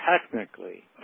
technically